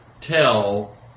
tell